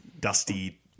dusty